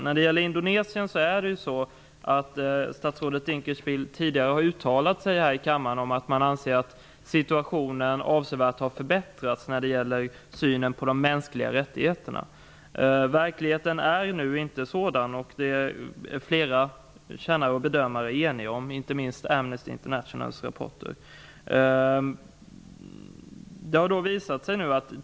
När det gäller Indonesien har statsrådet Dinkelspiel tidigare uttalat sig här i kammaren om att han anser att situationen avsevärt har förbättrats i fråga om synen på de mänskliga rättigheterna. Verkligheten är nu inte sådan. Det är flera kännare och bedömare eniga om. Inte minst Amnesty internationals rapporter visar på det.